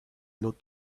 lot